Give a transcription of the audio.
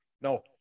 No